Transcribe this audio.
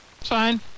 Fine